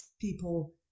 people